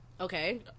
Okay